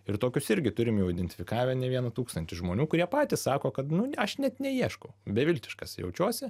ir tokius irgi turim jau identifikavę ne vieną tūkstantį žmonių kurie patys sako kad nu aš net neieškau beviltiškas jaučiuosi